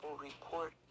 report